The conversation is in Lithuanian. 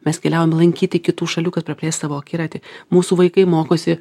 mes keliaujam lankyti kitų šalių kad praplėst savo akiratį mūsų vaikai mokosi